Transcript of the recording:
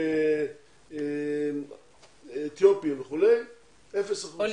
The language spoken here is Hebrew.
הם